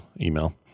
email